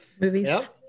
Movies